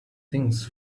things